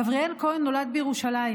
גבריאל כהן נולד בירושלים.